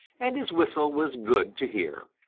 and his whistle was good to hear.